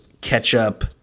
catch-up